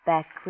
Back